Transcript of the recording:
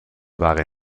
waren